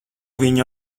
viņu